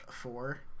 four